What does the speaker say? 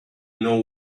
know